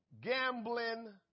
gambling